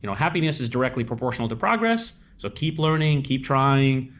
you know happiness is directly proportional to progress, so keep learning, keep trying.